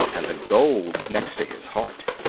and the gold next his heart.